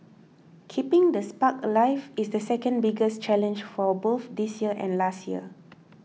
keeping the spark alive is the second biggest challenge for both this year and last year